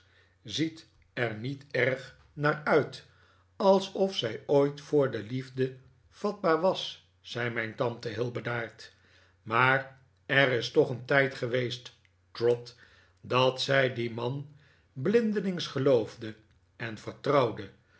ziet er niet erg naar uit alsof zij ooit voor de liefde vatbaai was zei mijn tante heel bedaard maar er is toch een tijd geweest trot dat zij dien man blindelings geloofde en vertrouwde